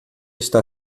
está